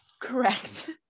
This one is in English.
correct